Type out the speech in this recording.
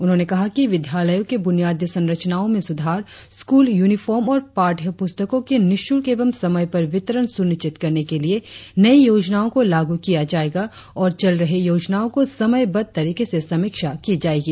उन्होंने कहा कि विद्यालयो के बुनियादी संरचनाओ में सुधार स्कूल यूनिफॉर्म और पाठ्यपुस्तको की निशुल्क एवं समय पर वितरण सुनिश्चित करने के लिए नई योजनाओ को लागू किया जाएगा और चल रहे योजनाओ को समयबद्ध तरीके से समीक्षा की जाएगी